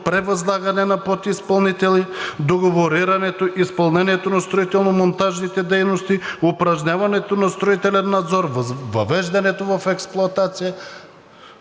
превъзлагане на подизпълнители, договорирането, изпълнението на строително-монтажните дейности, упражняването на строителен надзор, въвеждането в експлоатация